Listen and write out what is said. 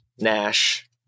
nash